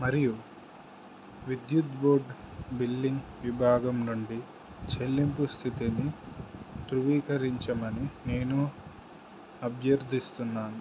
మరియు విద్యుత్ board billing విభాగం నుండి చెల్లింపు స్థితిని ధృవీకరించమని నేను అభ్యర్థిస్తున్నాను